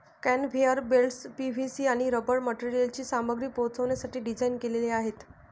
conveyor belts PVC आणि rubber मटेरियलची सामग्री पोहोचवण्यासाठी डिझाइन केलेले आहेत